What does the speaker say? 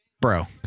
Bro